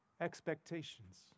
expectations